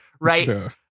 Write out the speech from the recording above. right